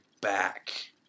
back